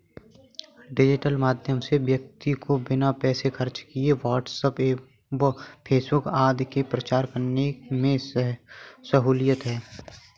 digital माध्यम से व्यक्ति को बिना पैसे खर्च किए व्हाट्सएप व फेसबुक आदि से प्रचार करने में सहूलियत है